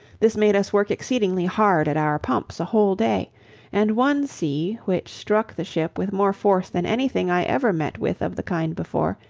this made us work exceedingly hard at all our pumps a whole day and one sea, which struck the ship with more force than any thing i ever met with of the kind before,